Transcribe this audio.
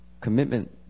commitment